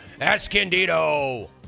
Escondido